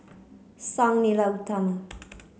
Sang Nila Utama